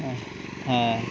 হ্যাঁ